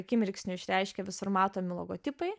akimirksniu išreiškia visur matomi logotipai